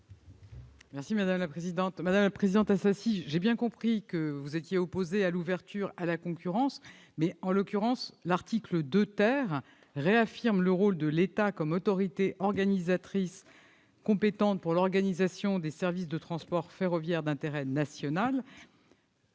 l'avis du Gouvernement ? Madame Assassi, j'ai bien compris que vous étiez opposée à l'ouverture à la concurrence. Mais, en l'occurrence, l'article 2 réaffirme le rôle de l'État comme autorité organisatrice compétente pour l'organisation des services de transport ferroviaire d'intérêt national,